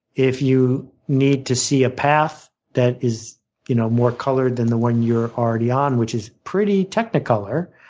if you need to see a path that is you know more colored than the one you're already on, which is pretty technicolor,